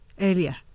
earlier